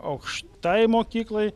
aukštai mokyklai